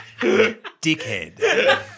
dickhead